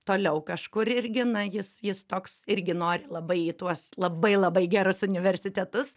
toliau kažkur irgi na jis jis toks irgi nori labai į tuos labai labai gerus universitetus